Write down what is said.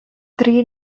three